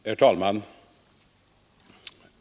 Herr talman!